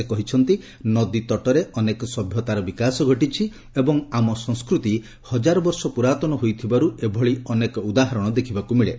ସେ କହିଛନ୍ତି ନଦୀ ତଟରେ ଅନେକ ସଭ୍ୟତାର ବିକାଶ ଘଟିଛି ଏବଂ ଆମ ସଂସ୍କୃତି ହଜାର ବର୍ଷ ପ୍ରରାତନ ହୋଇଥିବାର୍ ଏଭଳି ଅନେକ ଉଦାହରଣ ଦେଖିବାକୁ ମିଳେ